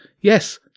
Yes